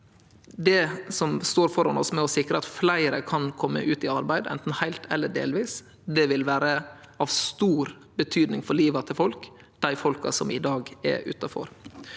det som står føre oss med å sikre at fleire kan kome ut i arbeid, anten heilt eller delvis, vil vere av stor betydning for liva til folk – dei folka som i dag er utanfor.